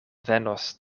venos